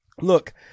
look